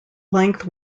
length